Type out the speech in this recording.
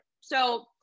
So-